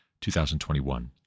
2021